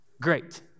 great